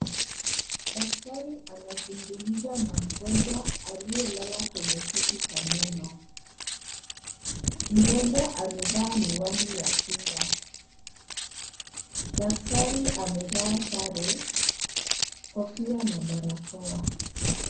Daktari anazungumza na mgonjwa aliyelala kwenye kiti cha meno. Mgonjwa amevaa miwani ya kinga. Daktari amevaa sare , kofia na barakoa.